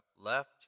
left